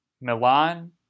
milan